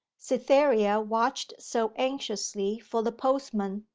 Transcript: cytherea watched so anxiously for the postman,